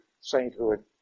sainthood